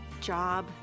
job